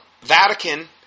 Vatican